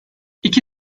i̇ki